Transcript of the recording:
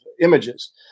images